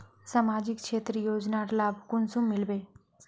सामाजिक क्षेत्र योजनार लाभ कुंसम मिलबे?